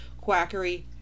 quackery